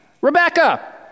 Rebecca